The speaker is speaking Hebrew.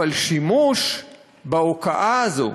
אבל שימוש בהוקעה הזאת